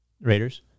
Raiders